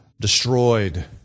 destroyed